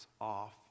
off